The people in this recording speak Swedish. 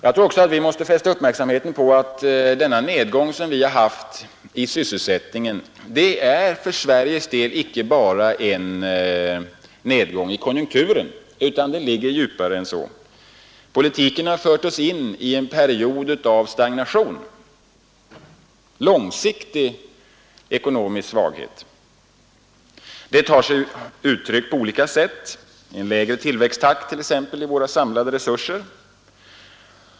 Jag tror också att vi måste fästa uppmärksamheten på att nedgången i sysselsättningen för Sveriges del icke bara beror på nedgången i konjunkturen, utan orsakerna ligger djupare än så. Politiken har fört oss in i en period av stagnation och långsiktig ekonomisk svaghet. Det tar sig uttryck på olika sätt, till exempel i en lägre tillväxttakt i våra samlade resurser.